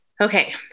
Okay